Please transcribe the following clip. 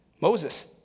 Moses